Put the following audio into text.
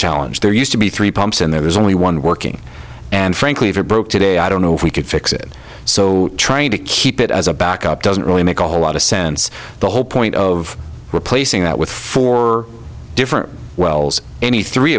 challenge there used to be three pumps and there is only one working and frankly if it broke today i don't know if we could fix it so trying to keep it as a backup doesn't really make a whole lot of sense the whole point of replacing that with four different wells any three